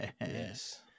Yes